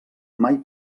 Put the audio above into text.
mai